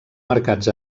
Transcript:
marcats